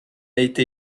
été